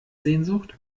sehnsucht